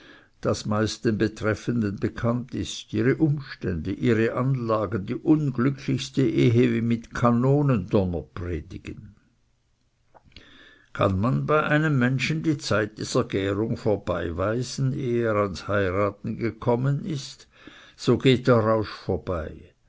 das meist den betreffenden bekannt ist ihre umstände ihre anlagen die unglücklichste ehe wie mir kanonendonner predigen kann man bei einem menschen die zeit dieser gärung vorbeiweisen ehe er ans heiraten gekommen ist so geht der rausch vorbei